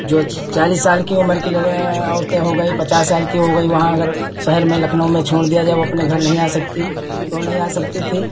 जो चालीस साल की उमर की लड़े औरतें हो गईं पचास साल की हो गई वहाँ अगर शहर में लखनऊ में छोड़ दिया जाए वह अपने घर नहीं आ सकती क्यों नहीं आ सकती थीं